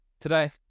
Today